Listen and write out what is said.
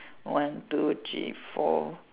one two three four